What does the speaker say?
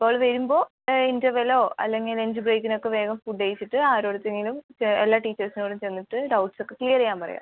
അപ്പോൾ അവള് വരുമ്പോൾ ഇൻ്റർവെല്ലോ അല്ലെങ്കിൽ ലഞ്ച് ബ്രേക്കിനൊക്കെ വേഗം ഫുഡ്ഡ് കഴിച്ചിട്ട് ആരോടുത്തെങ്കിലും എല്ലാ ടീച്ചേർസിനോടും ചെന്നിട്ട് ഡൗട്ട്സ് ഒക്കെ ക്ലിയറ് ചെയ്യാൻ പറയുക